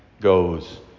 goes